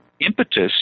impetus